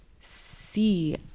see